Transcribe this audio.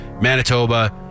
Manitoba